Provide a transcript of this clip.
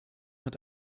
hat